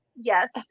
Yes